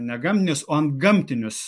negamtinius o antgamtinius